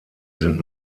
sind